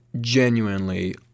genuinely